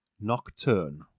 nocturne